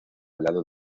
helado